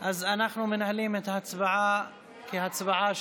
אז אנחנו מנהלים את ההצבעה כהצבעה שמית.